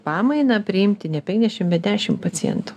pamainą priimti ne penkdešim bet dešim pacientų